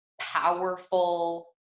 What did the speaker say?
powerful